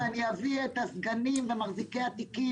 אני אשמח מאוד ואני אביא את הסגנים ומחזיקי התיקים,